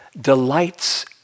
delights